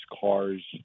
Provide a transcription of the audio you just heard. cars